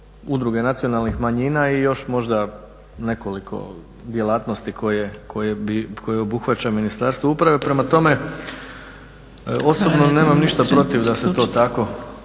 udruge nacionalnih manjina i još možda nekoliko djelatnosti koje obuhvaća Ministarstvo uprave. Prema tome, osobno nemam ništa protiv da se to tako